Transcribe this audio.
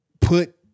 put